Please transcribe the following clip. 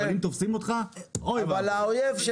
אבל אם תופסים אותך, אוי ואבוי.